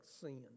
sin